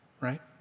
right